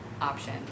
option